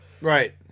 Right